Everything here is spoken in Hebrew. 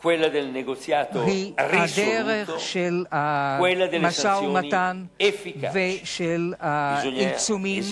היא דרך של משא-ומתן ושל עיצומים.